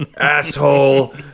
asshole